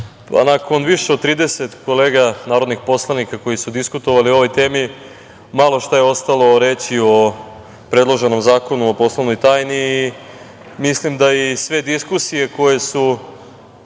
nakon više od 30 kolega narodnih poslanika koji su diskutovali o ovoj temi, malo šta je ostalo reći o predloženom zakonu o poslovnoj tajni i mislim da i sve diskusije koje su